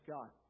God